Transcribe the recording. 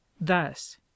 thus